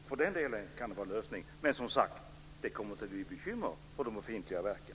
För den delen kan certifikaten vara en lösning. Men det kommer att bli bekymmer med de befintliga verken.